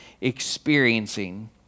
experiencing